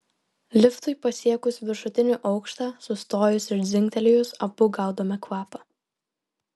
liftui pasiekus viršutinį aukštą sustojus ir dzingtelėjus abu gaudome kvapą